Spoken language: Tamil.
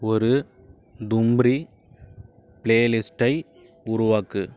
ஒரு தும்ரி பிளே லிஸ்ட்டை உருவாக்கு